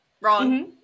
Wrong